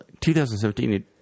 2017